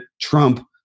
Trump